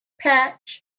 Patch